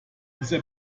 dieser